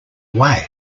away